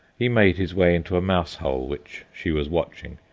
he made his way into a mouse-hole which she was watching,